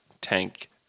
tank